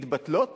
מתבטלות